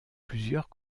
plusieurs